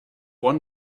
won